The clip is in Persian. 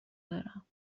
دارم